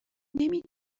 نمی